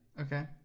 Okay